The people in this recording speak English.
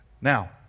Now